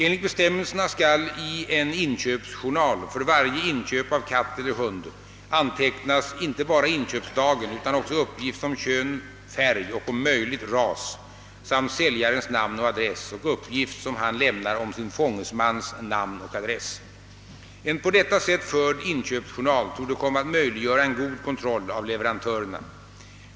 Enligt bestämmelserna skall i en inköpsjournal för varje inköp av katt eller hund antecknas inte bara inköpsdagen utan också uppgift om kön, färg och om möjligt ras samt säljarens namn och adress och uppgift som han lämnar om sin fångesmans namn och adress. En på detta sätt förd inköpsjournal torde komma att möjliggöra en god kontroll av leveran törerna.